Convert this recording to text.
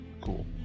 Cool